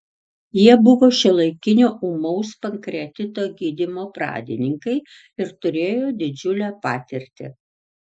jie buvo šiuolaikinio ūmaus pankreatito gydymo pradininkai ir turėjo didžiulę patirtį